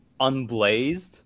unblazed